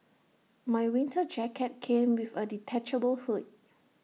my winter jacket came with A detachable hood